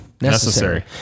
necessary